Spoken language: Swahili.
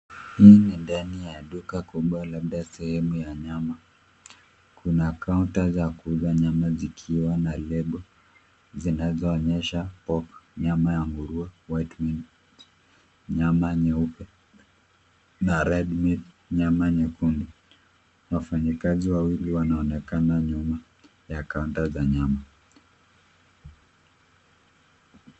Hii ni ndani ya duka kubwa labda sehemu ya nyama. Kuna kaunta za kuuza nyama zikiwa na lebo zinazoonyesha pork , nyama ya nguruwe, white meat , nyama nyeupe na red meat , nyama nyekundu. Wafanyakazi wawili wanaonekana nyuma ya kaunta za nyama.